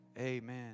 amen